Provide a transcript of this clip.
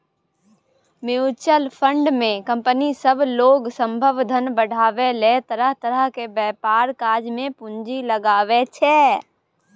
mutual fund केँ company सब लोक सभक धन बढ़ाबै लेल तरह तरह के व्यापारक काज मे पूंजी लगाबै छै